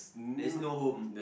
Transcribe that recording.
there's no home